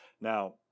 Now